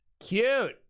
Cute